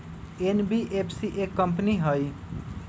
NBFC एक कंपनी हई?